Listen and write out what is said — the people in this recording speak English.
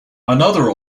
another